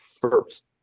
first